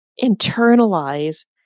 internalize